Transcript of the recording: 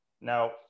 Now